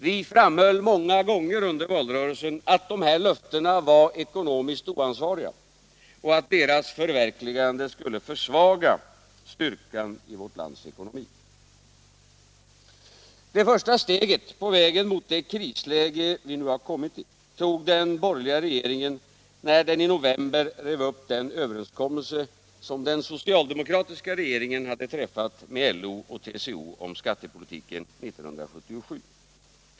Vi framhöll många gånger att de här löftena var ekonomiskt oansvariga och att deras förverkligande skulle försvaga styrkan i vårt lands ekonomi. Det första steget på vägen mot det krisläge vi nu kommit i tog den borgerliga regeringen när den i november rev upp den överenskommelse som den socialdemokratiska regeringen hade träffat med LO och TCO om skattepolitiken 1977.